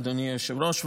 אדוני היושב-ראש,